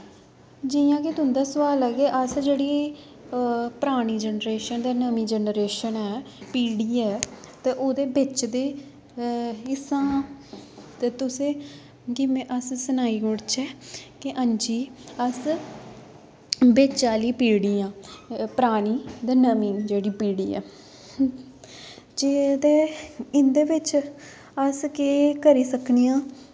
जियां कि तुं'दा सोआल ऐ कि अस जेह्ड़ी परानी जनरेशन ते नमीं जनरेशन ऐ पीढ़ी ऐ ते ओह्दे बिच्च दे ते तुसें ते हां जी अस सनाई ओड़चै कि हां जी अस बिच्च आह्ली पीढ़ी आं परानी ते नमीं जेह्ड़ी पीढ़ी ऐ ते इं'दे बिच्च अस केह् करी सकने आं